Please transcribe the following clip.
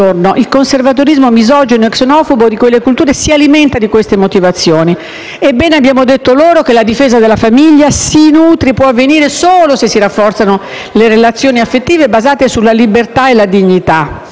se si rafforzano le relazioni affettive basate sulla libertà e la dignità. Quindi concludo dicendo che dobbiamo fare attenzione anche a queste radici quando parliamo del pericolo del populismo europeo